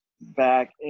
back